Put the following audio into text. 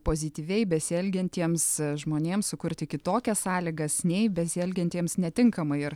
pozityviai besielgiantiems žmonėms sukurti kitokias sąlygas nei besielgiantiems netinkamai ir